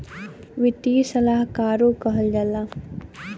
वित्तीय सलाहकारो कहल जाला